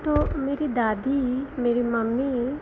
तो मेरी दादी मेरी मम्मी